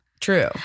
true